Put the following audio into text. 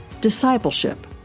discipleship